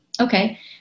okay